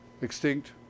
extinct